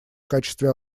качестве